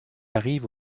arrive